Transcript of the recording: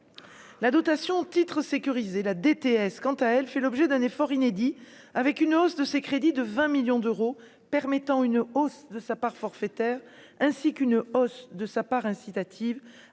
La dotation Titres sécurisés la DTS, quant à elle, fait l'objet d'un effort inédit, avec une hausse de ses crédit de 20 millions d'euros permettant une hausse de sa part forfaitaire ainsi qu'une hausse de sa part incitative